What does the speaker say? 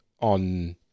on